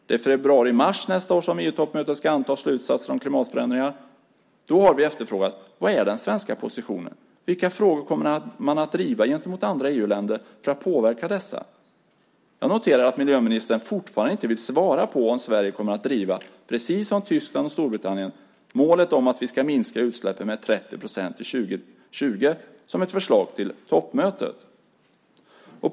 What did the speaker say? Det är i februari mars nästa år som EU-toppmötet ska anta slutsatser om klimatförändringarna. Då har vi efterfrågat: Vad är den svenska positionen? Vilka frågor kommer man att driva gentemot andra EU-länder för att påverka dessa? Jag noterar att miljöministern fortfarande inte vill svara på om Sverige kommer att driva, precis som Tyskland och Storbritannien, målet om att vi ska minska utsläppen med 30 % till 2020, som ett förslag till toppmötet."